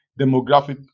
demographic